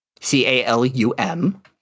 C-A-L-U-M